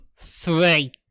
three